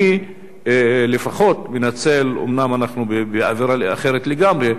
אני לפחות מנצל, אומנם אנחנו באווירה אחרת לגמרי,